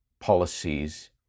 policies